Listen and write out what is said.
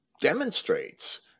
demonstrates